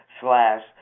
slash